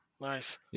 Nice